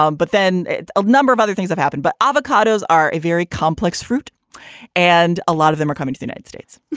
um but then a number of other things have happened. but avocados are a very complex fruit and a lot of them are coming to united states